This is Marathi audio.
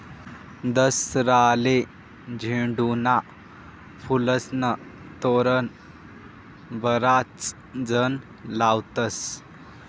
दसराले झेंडूना फुलेस्नं तोरण बराच जण लावतस